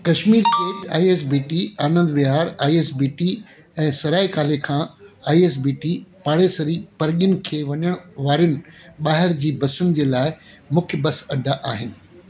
Kashmiri Gate I S B T Anand Vihar I S B T ऐं Sarai Kale Khan I S B T पाड़ेसरी परॻिनि खे वञण वारियुनि ॿाहिरि जी बसियुनि जे लाइ मुख्य बस अड्डा आहिनि